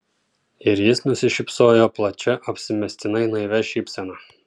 ir jis nusišypsojo plačia apsimestinai naivia šypsena